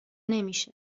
نمیشه